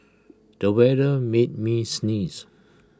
the weather made me sneeze